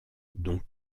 dont